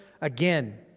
again